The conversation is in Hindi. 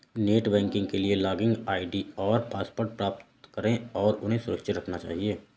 नेट बैंकिंग के लिए लॉगिन आई.डी और पासवर्ड प्राप्त करें और उन्हें सुरक्षित रखना चहिये